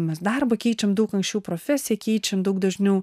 mes darbą keičiam daug anksčiau profesiją keičiam daug dažniau